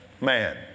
man